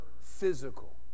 physical